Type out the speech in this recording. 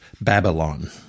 Babylon